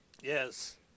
Yes